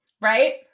Right